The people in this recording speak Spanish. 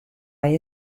hay